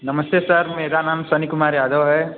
नमस्ते सर मेरा नाम सनि कुमार यादव है